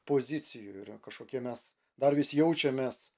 pozicijų yra kažkokie mes dar vis jaučiamės